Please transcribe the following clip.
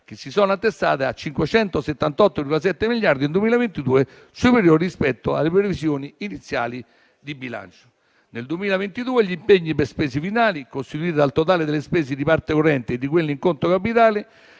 che si sono attestate a 578,7 miliardi nel 2022, superiore rispetto alle previsioni iniziali di bilancio. Nel 2022 gli impegni per spese finali, costituite dal totale delle spese di parte corrente e di quelle in conto capitale,